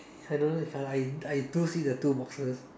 I don't if I I do see the two boxes